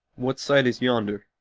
what sight is yonder?